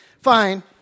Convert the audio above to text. fine